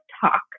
talk